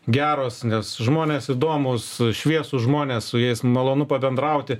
geros nes žmonės įdomūs šviesūs žmonės su jais malonu pabendrauti